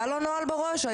היה לו נוהל בראש?